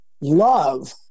love